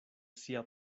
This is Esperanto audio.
sia